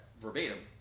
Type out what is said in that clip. verbatim